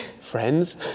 Friends